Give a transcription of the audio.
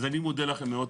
אז אני מודה לכם מאוד.